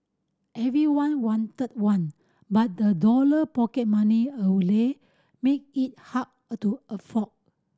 everyone wanted one but a dollar pocket money a made it hard a to afford